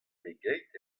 pegeit